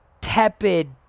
tepid